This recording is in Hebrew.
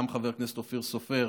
וגם חבר הכנסת אופיר סופר,